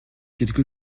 quelque